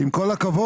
עם כל הכבוד.